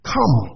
Come